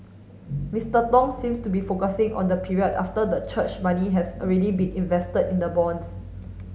Mister Tong seems to be focusing on the period after the church money has already been invested in the bonds